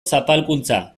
zapalkuntza